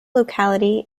locality